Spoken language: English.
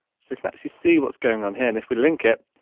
so you can actually see what's going on here, and if we link it,